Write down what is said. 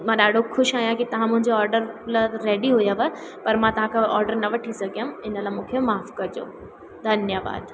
मां ॾाढो ख़ुशि आहियां की तव्हां मुंहिंजो ऑडर रेडी हुयव पर मां तव्हांखां ऑडर न वठी सघियमि इन लाइ मूंखे माफ़ कजो धन्यवादु